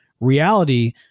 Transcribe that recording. Reality